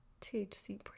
THC